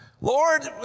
Lord